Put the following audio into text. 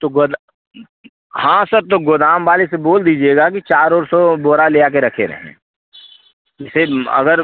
तो हाँ सर तो गोदाम वाले से बोल दीजिएगा कि चार ओर सौ बोरा लेया के रखे रहें कि सेद अगर